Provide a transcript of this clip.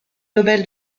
nobel